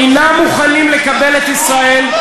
אינם מוכנים לקבל את ישראל,